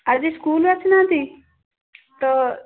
ଆଜି ସ୍କୁଲ୍ ଆସିନାହାଁନ୍ତି ତ